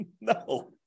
No